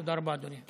תודה רבה, אדוני.